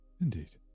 Indeed